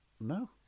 No